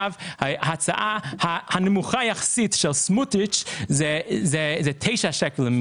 ההצעה הנמוכה יחסית של סמוטריץ' היא תשעה שקלים למיליליטר.